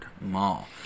Mall